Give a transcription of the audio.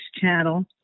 Channel